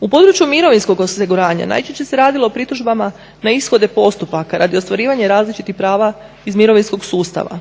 U području mirovinskog osiguranja najčešće se radilo o pritužbama na ishode postupaka radi ostvarivanja različitih prava iz mirovinskog sustava.